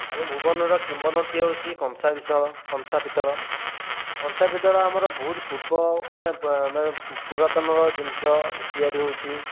ଆମ ଭୁବନର କିମ୍ବଦନ୍ତୀ ହଉଛି କଂସା ପିସଳ କଂସା ପିତ୍ତଳ କଂସା ପିତ୍ତଳ ଆମର ବହୁତ ପୂର୍ବରୁ ମାନେ ପୁରାତନର ଜିନିଷ ତିଆରି ହେଉଛି